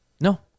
no